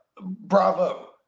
bravo